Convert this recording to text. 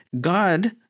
God